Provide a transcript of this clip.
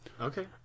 Okay